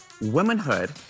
Womanhood